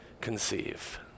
conceive